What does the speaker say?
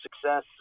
success